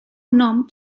nom